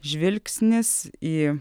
žvilgsnis į